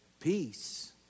Peace